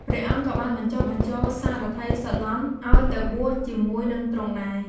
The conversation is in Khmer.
ព្រះអង្គក៏បានបញ្ចុះបញ្ចូលសារថីសុនន្ទឱ្យទៅបួសជាមួយនិងទ្រង់ដែរ។